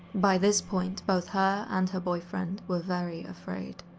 by this point, both her and her boyfriend were very afraid.